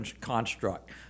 construct